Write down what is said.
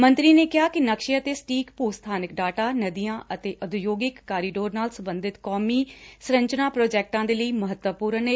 ਮੰਤਰੀ ਨੇ ਕਿਹਾ ਕਿ ਨਕਸ਼ੇ ਅਤੇ ਸਟੀਕ ਭੂ ਸਬਾਨਕ ਡਾਟਾ ਨਦੀਆਂ ਅਤੇ ਉਦਯੋਗਿਕ ਕਾਰੀਡੋਰ ਨਾਲ ਸਬੰਧਤ ਕੌਮੀ ਸਰੰਚਨਾ ਪ੍ਰੋਜੈਕਟਾਂ ਦੇ ਲਈ ਮਹੱਤਵਪੁਰਨ ਏ